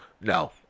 no